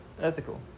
ethical